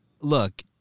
look